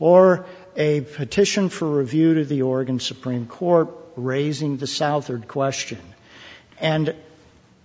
or a petition for review to the oregon supreme court raising the southard question and